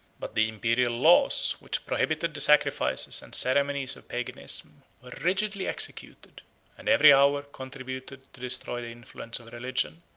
but the imperial laws, which prohibited the sacrifices and ceremonies of paganism, were rigidly executed and every hour contributed to destroy the influence of a religion,